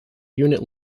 unit